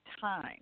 time